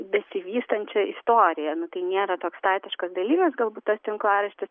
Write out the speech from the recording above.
besivystančią istoriją nu tai nėra toks statiškas dalykas galbūt tas tinklaraštis